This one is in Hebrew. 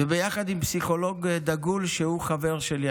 וביחד עם פסיכולוג דגול שהוא חבר שלי,